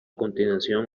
continuación